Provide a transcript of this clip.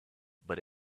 but